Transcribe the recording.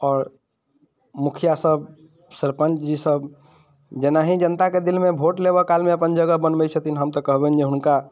आओर मुखिआ सब सरपञ्च जी सब जेनाहि जनताके दिलमे भोट लेबऽ कालमे अपन जगह बनबैत छथिन हम तऽ कहबनि जे हुनका